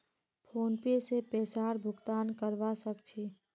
PhonePe से पैसार भुगतान करवा सकछी